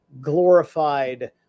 glorified